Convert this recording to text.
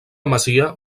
masia